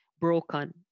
broken